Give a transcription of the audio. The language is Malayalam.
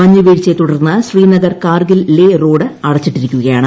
മഞ്ഞു വീഴ്ചയെ തുടർന്ന് ശ്രീനഗർ കാർഗിൽ ലേ റോഡ് അടച്ചിട്ടിരിക്കുകയാണ്